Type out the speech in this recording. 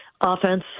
Offense